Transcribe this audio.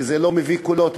שלא מביאים קולות,